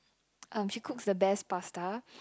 um she cooks the best pasta